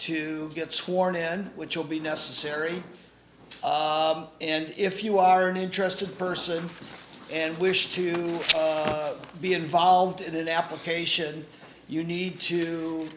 to get sworn in which will be necessary and if you are an interested person and wish to be involved in an application you need to